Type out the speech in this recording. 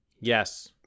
Yes